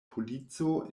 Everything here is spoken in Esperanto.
polico